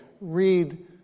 read